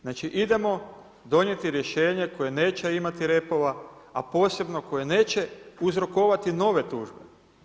Znači idemo donijeti rješenje koje neće imati repova, a posebno koje neće uzrokovati nove tužbe.